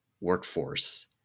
workforce